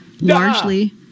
largely